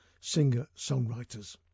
singer-songwriters